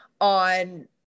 on